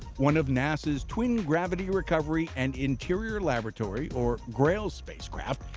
one of nasa's twin gravity recovery and interior laboratory, or grail spacecraft,